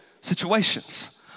situations